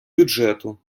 бюджету